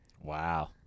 Wow